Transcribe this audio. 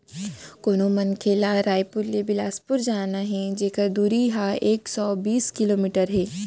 कोनो मनखे ल रइपुर ले बेलासपुर जाना हे जेकर दूरी ह एक सौ बीस किलोमीटर हे